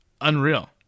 Unreal